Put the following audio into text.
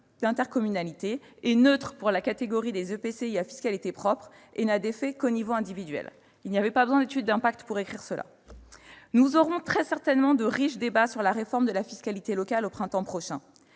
d'intercommunalité est neutre pour la catégorie des EPCI à fiscalité propre et n'a d'effet qu'au niveau individuel ». Il n'était pas besoin d'étude d'impact pour écrire cela ... Nous aurons très certainement de riches débats sur la réforme de la fiscalité locale au printemps prochain.